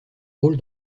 rôle